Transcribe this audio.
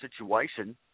situation